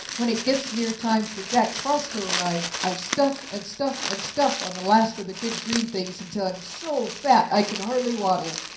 when it gets near time for jack frost to arrive, i stuff and stuff and stuff on the last of the good green things until i'm so fat i can hardly waddle.